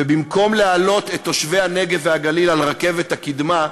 ובמקום להעלות את תושבי הנגב והגליל על רכבת הקדמה,